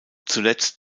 zuletzt